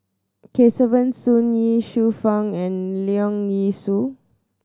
Kesavan Soon Ye Shufang and Leong Yee Soo